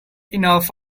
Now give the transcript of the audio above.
enough